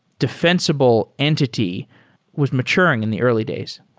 defensible entity was maturing in the early days?